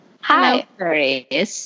Hi